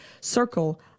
Circle